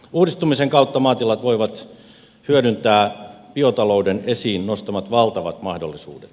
uudistumisen kautta maatilat voivat hyödyntää biotalouden esiin nostamat valtavat mahdollisuudet